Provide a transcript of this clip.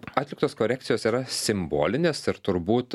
atliktos korekcijos yra simbolinės ir turbūt